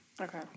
Okay